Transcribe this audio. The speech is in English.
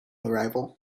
arrival